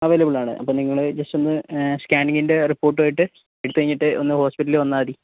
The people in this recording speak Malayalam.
അവൈലബിൾ ആണ് അപ്പോൾ നിങ്ങൾ ജസ്റ്റ് ഒന്ന് ഏ സ്കാനിങ്ങിൻറ്റെ റിപ്പോർട്ടുമായിട്ട് എടുത്ത് കഴിഞ്ഞിട്ട് ഒന്ന് ഹോസ്പിറ്റലിൽ വന്നാൽ മതി